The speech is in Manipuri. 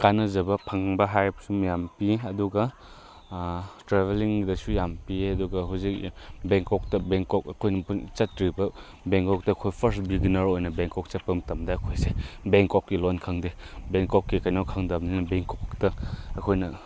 ꯀꯥꯟꯅꯖꯕ ꯐꯪꯕ ꯍꯥꯏꯔꯕꯁꯨ ꯃꯌꯥꯝ ꯄꯤ ꯑꯗꯨꯒ ꯇ꯭ꯔꯦꯕꯦꯂꯤꯡꯗꯁꯨ ꯌꯥꯝ ꯄꯤ ꯑꯗꯨꯒ ꯍꯧꯖꯤꯛ ꯕꯦꯡꯀꯣꯛꯇ ꯕꯦꯡꯀꯣꯛ ꯑꯩꯈꯣꯏꯅ ꯆꯠꯇ꯭ꯔꯤꯕ ꯕꯦꯡꯀꯣꯛꯇ ꯑꯩꯈꯣꯏ ꯐꯥꯔꯁ ꯕꯤꯒꯤꯅꯔ ꯑꯣꯏꯅ ꯕꯦꯡꯀꯣꯛ ꯆꯠꯄ ꯃꯇꯝꯗ ꯑꯩꯈꯣꯏꯁꯦ ꯕꯦꯡꯀꯣꯛꯀꯤ ꯂꯣꯟ ꯈꯪꯗꯦ ꯕꯦꯡꯀꯣꯛꯀꯤ ꯀꯩꯅꯣ ꯈꯪꯗꯕꯅꯤꯅ ꯕꯦꯡꯀꯣꯛꯇ ꯑꯩꯈꯣꯏꯅ